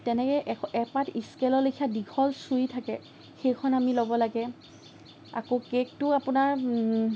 তেনেকে এখ এপাত স্কেলৰ লেখীয়া দীঘল চুৰি থাকে সেইখন আমি ল'ব লাগে আকৌ কেকটো আপোনাৰ